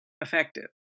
Effective